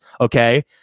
Okay